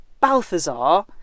Balthazar